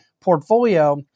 portfolio